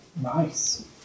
Nice